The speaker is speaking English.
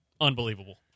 unbelievable